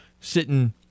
sitting